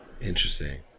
Interesting